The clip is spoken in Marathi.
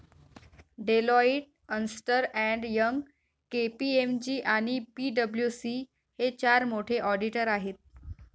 डेलॉईट, अस्न्टर अँड यंग, के.पी.एम.जी आणि पी.डब्ल्यू.सी हे चार मोठे ऑडिटर आहेत